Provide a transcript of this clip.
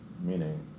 meaning